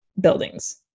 buildings